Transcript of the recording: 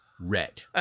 Red